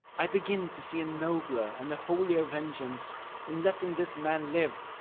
i begin to see a nobler and a holier vengeance in letting this man live,